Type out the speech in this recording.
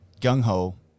gung-ho